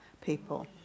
people